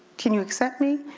can you accept me?